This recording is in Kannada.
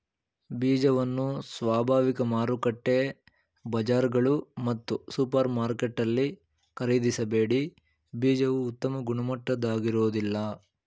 ಬೀಜವನ್ನು ಸ್ವಾಭಾವಿಕ ಮಾರುಕಟ್ಟೆ ಬಜಾರ್ಗಳು ಮತ್ತು ಸೂಪರ್ಮಾರ್ಕೆಟಲ್ಲಿ ಖರೀದಿಸಬೇಡಿ ಬೀಜವು ಉತ್ತಮ ಗುಣಮಟ್ಟದಾಗಿರೋದಿಲ್ಲ